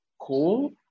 cool